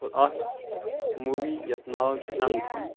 اور اَکھ موٗوی یَتھ ناو چھُ اٮ۪نتَھم